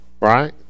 right